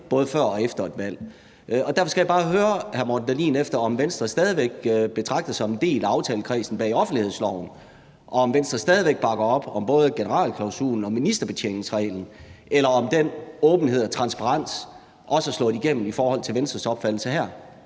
både før og efter et valg. Derfor skal jeg bare høre hr. Morten Dahlin, om Venstre stadig væk betragter sig som en del af aftalekredsen bag offentlighedsloven, og om Venstre stadig væk bakker op om både generalklausulen og ministerbetjeningsreglen, eller om den åbenhed og transparens i forhold til Venstres opfattelse her